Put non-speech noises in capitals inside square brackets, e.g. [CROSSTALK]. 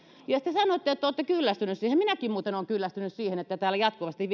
ja te sanoitte että olette kyllästynyt siihen minäkin muuten olen kyllästynyt siihen että täällä jatkuvasti [UNINTELLIGIBLE]